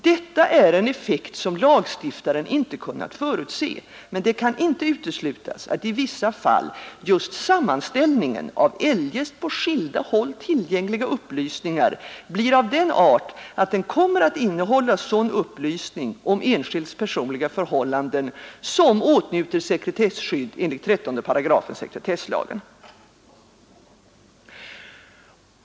Detta är en effekt som lagstiftaren inte kunnat förutse, men det kan inte uteslutas att i vissa fall just sammanställningen av eljest på skilda håll tillgängliga upplysningar blir av den art, att den kommer att innehålla sådan upplysning om enskilds personliga förhållanden, som åtnjuter sekretesskydd enligt 13 § sekretesslagen.